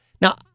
Now